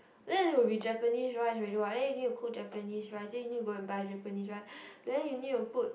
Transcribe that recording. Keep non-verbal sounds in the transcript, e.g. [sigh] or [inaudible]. then it will be Japanese rice already [what] then you need to cook Japanese rice then you need go and buy Japanese rice [breath] then you need to put